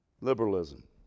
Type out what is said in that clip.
Liberalism